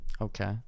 Okay